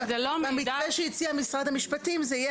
ובמתווה שהציע משרד המשפטים זה יהיה